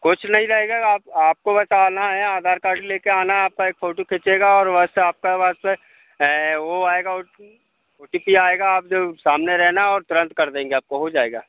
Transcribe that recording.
कुछ नहीं रहेगा तो आप आपको बताना है आधार कार्ड ले कर आना है आपका एक फोटो खिचेगा और व्हाट्सएप्प आपका व्हाट्सएप्प हें व आएगा ओटी ओटीपी आएगा जो आप जो सामने रहना और तुरंत कर देंगे आपको हो जाएगा